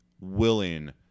Willing